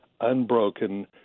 unbroken